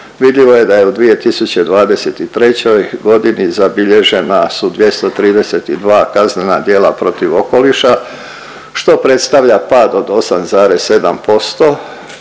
vidljivo je da je u 2023. g. zabilježena su 232 kaznena djela protiv okoliša, što predstavlja pad od 8,7%